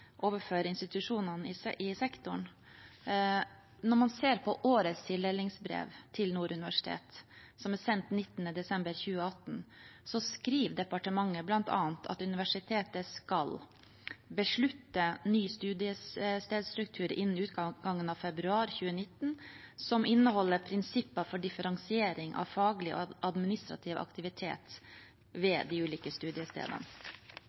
institusjonene i sektoren, og når man ser på årets tildelingsbrev til Nord universitet, som er sendt 19. desember 2018, skriver departementet bl.a. at universitetet skal: «Beslutte ny studiestedsstruktur innen utgangen av februar 2019, som inneholder prinsipper for differensiering av faglig og administrativ aktivitet ved de ulike studiestedene.